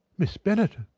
miss bennet?